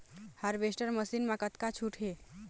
Harvester machine मा कतका छूट हे?